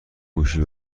گوشی